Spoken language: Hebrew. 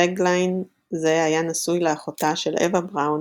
פגליין זה היה נשוי לאחותה של אווה בראון